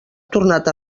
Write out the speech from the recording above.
tornat